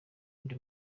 ndi